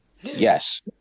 Yes